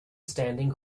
standing